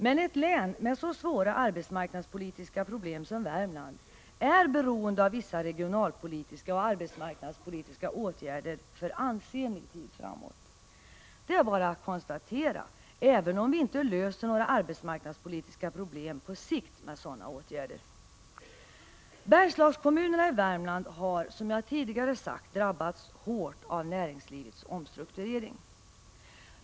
Men ett län med så svåra arbetsmarknadspolitiska problem som Värmland är beroende av vissa regionalpolitiska och arbetsmarknadspolitiska åtgärder under ansenlig tid framåt. Det är bara att konstatera, även om vi med sådana åtgärder inte löser några arbetsmarknadspolitiska problem på sikt. Bergslagskommunerna i Värmland har, som jag tidigare sagt, drabbats hårt av näringslivets omstrukturering.